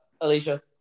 Alicia